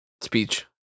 Speech